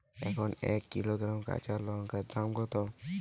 এখন এক কিলোগ্রাম কাঁচা লঙ্কার দাম কত?